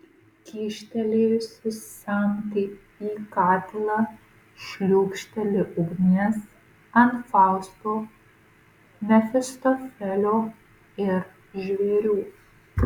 kyštelėjusi samtį į katilą šliūkšteli ugnies ant fausto mefistofelio ir žvėrių